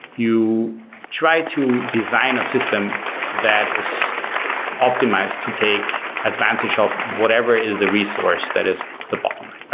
you try to design a system that is optimized to take advantage of whatever is the resource that is the bottom line, right?